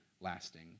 lasting